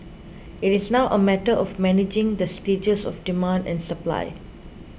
it is now a matter of managing the stages of demand and supply